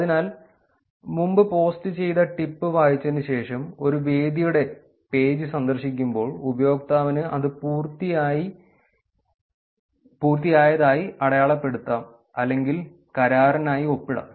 അതിനാൽ മുമ്പ് പോസ്റ്റുചെയ്ത ടിപ്പ് വായിച്ചതിന് ശേഷം ഒരു വേദിയുടെ പേജ് സന്ദർശിക്കുമ്പോൾ ഉപയോക്താവിന് അത് പൂർത്തിയായതായി അടയാളപ്പെടുത്താം അല്ലെങ്കിൽ കരാറിനായി ഒപ്പിടാം